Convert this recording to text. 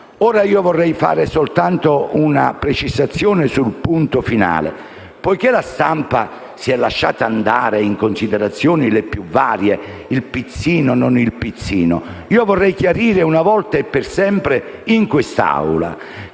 Ora vorrei fare soltanto una precisazione sul punto finale: poiché la stampa si è lasciata andare alle considerazioni più svariate, parlando addirittura di pizzini, vorrei chiarire una volta e per sempre in quest'Aula che